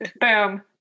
Boom